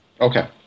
Okay